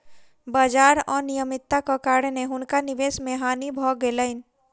बाजार अनियमित्ताक कारणेँ हुनका निवेश मे हानि भ गेलैन